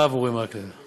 הרב אורי מקלב.